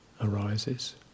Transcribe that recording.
arises